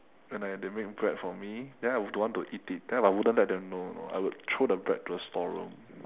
when like they make bread for me then I don't want to eat it then I wouldn't let them know you know I would throw the bread to the store room